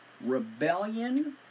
rebellion